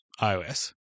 iOS